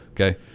Okay